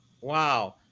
Wow